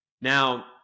Now